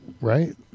right